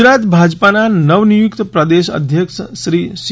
પાટીલ ગુજરાત ભાજપાના નવનિયુક્ત પ્રદેશ અધ્યક્ષશ્રી સી